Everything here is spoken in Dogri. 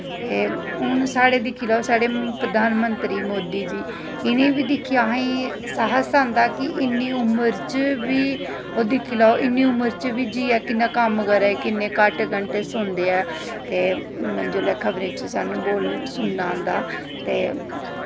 ते हून साढ़े दिक्खी लैओ साढ़े प्रधानमंत्री मोदी जी इ'नें बी दिक्खियै असें गी साहस आंदा कि इ'न्नी उमर च बी ओह् दिक्खी लैओ इ'न्नी उमर च बी जाइयै कि'न्ना कम्म करा दे ओह् कि'न्नें घट्ट घैंटे सोंदे ऐं ते जोल्लै सानूं खबरें च सुनन आंदा ते